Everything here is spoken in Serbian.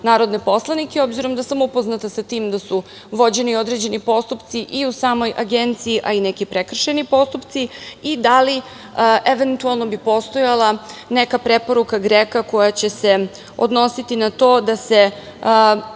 narodne poslanike, obzirom da sam upoznata sa tim da su vođeni određeni postupci i u samoj Agenciji, a i neki prekršajni postupci i da li bi, eventualno, postojala neka preporuka GREKA koja će se odnositi na to da se,